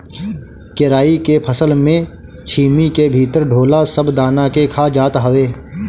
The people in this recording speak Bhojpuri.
केराई के फसल में छीमी के भीतर ढोला सब दाना के खा जात हवे